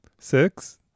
Six